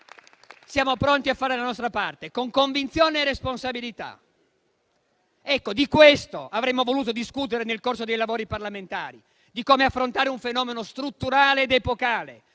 siamo pronti a fare la nostra parte, con convinzione e responsabilità. Ecco, di questo avremmo voluto discutere nel corso dei lavori parlamentari: di come affrontare un fenomeno strutturale ed epocale,